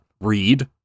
read